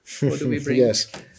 Yes